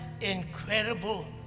incredible